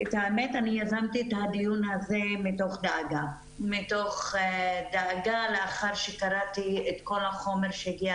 יזמתי את הדיון הזה מתוך דאגה לאחר שקראתי את כל החומר שהגיע